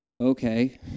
okay